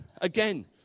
Again